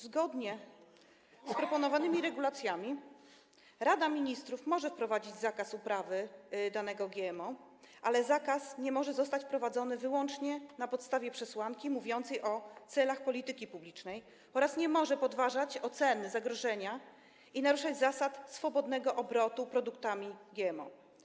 Zgodnie z proponowanymi regulacjami Rada Ministrów może wprowadzić zakaz uprawy danego GMO, ale zakaz nie może zostać wprowadzony wyłącznie na podstawie przesłanki mówiącej o celach polityki publicznej oraz nie może podważać oceny zagrożenia i naruszać zasad swobodnego obrotu produktami GMO.